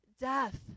death